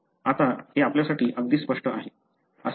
आता हे आपल्यासाठी अगदी स्पष्ट आहे